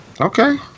Okay